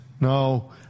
no